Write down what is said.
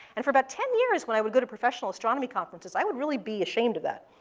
and for about ten years, when i would go to professional astronomy conferences, i would really be ashamed of that.